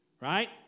Right